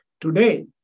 today